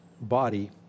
body